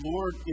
Lord